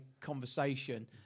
conversation